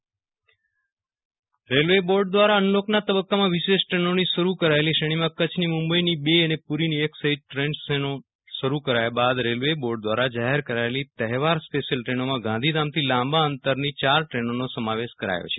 Viral Rana railway board railway board દ્વારા અનલોકના તબક્કામાં વિશેષ ટ્રેનોની શરૂ કરોલી શ્રેણીમાં કચ્છની મુંબઈની બે અને પુરીની એક સહિત ત્રણ ટ્રેનો શરૂ કરાયા બાદ રેલવે બોર્ડ દ્વારા જાહેર કરાયેલી તહેવાર સ્પેશિયલ ટ્રેનોમાં ગાંધીધામથી લાંબા અંતરની ચાર ટ્રેનોનો સમાવેશ કરાયો છે